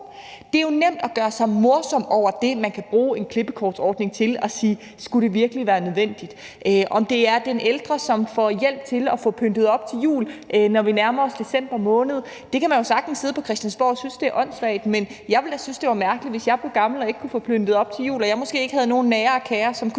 Det er jo nemt at gøre sig morsom over det, man kan bruge en klippekortsordning til, og spørge, om det virkelig skulle være nødvendigt. Hvis den ældre får hjælp til at få pyntet op til jul, når vi nærmer os december måned, kan man jo sagtens sidde på Christiansborg og synes, det er åndssvagt, men jeg ville da synes, det var mærkeligt, hvis jeg blev gammel og ikke kunne få pyntet op til jul og måske ikke havde nogen nære og kære, som kunne